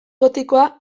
gotikoa